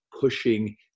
pushing